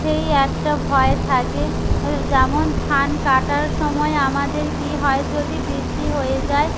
সেই একটা ভয় থাকে যেমন ধান কাটার সময় আমাদের কী হয় যদি বৃষ্টি হয়ে যায়